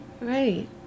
Right